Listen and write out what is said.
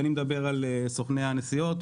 אני מדבר על סוכני הנסיעות,